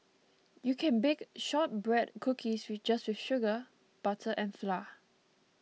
you can bake Shortbread Cookies just with sugar butter and flour